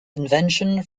invention